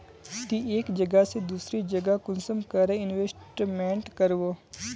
ती एक जगह से दूसरा जगह कुंसम करे इन्वेस्टमेंट करबो?